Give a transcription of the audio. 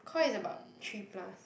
koi is about three plus